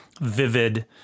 vivid